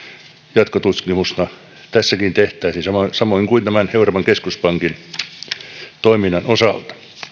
jatkotutkimusta tässäkin tehtäisiin samoin samoin kuin tämän euroopan keskuspankin toiminnan osalta